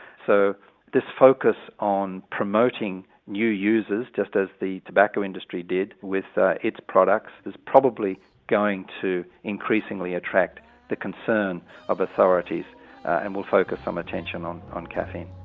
so this focus on promoting new users, just as the tobacco industry did with its products, is probably going to increasingly attract the concern of authorities and will focus some attention on on caffeine.